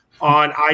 on